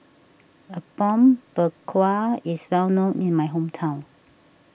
Apom Berkuah is well known in my hometown